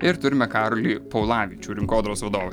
ir turime karolį paulavičių rinkodaros vadovą